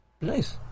Nice